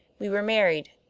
we were married.